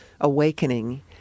awakening